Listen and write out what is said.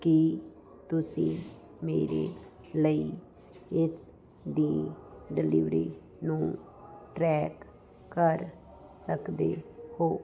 ਕੀ ਤੁਸੀਂ ਮੇਰੇ ਲਈ ਇਸ ਦੀ ਡਿਲਿਵਰੀ ਨੂੰ ਟਰੈਕ ਕਰ ਸਕਦੇ ਹੋ